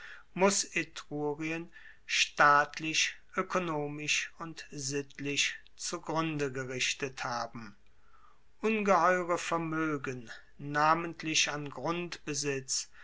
muss etrurien staatlich oekonomisch und sittlich zugrunde gerichtet haben ungeheure vermoegen namentlich an grundbesitz